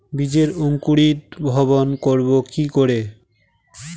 বীজের অঙ্কোরি ভবন করব কিকরে?